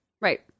Right